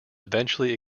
eventually